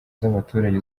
z’abaturage